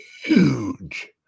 huge